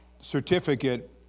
certificate